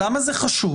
למה זה חשוב?